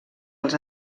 els